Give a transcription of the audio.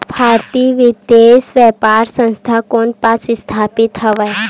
भारतीय विदेश व्यापार संस्था कोन पास स्थापित हवएं?